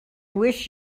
wish